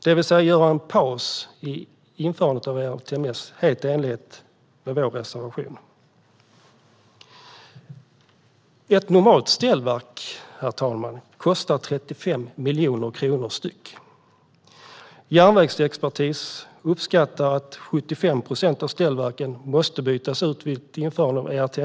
Man skulle alltså göra en paus i införandet av ERTMS, helt i enlighet med vår reservation. Ett normalt ställverk, herr talman, kostar 35 miljoner kronor. Järnvägsexpertis uppskattar att 75 procent av ställverken måste bytas ut vid ett införande av ERTMS.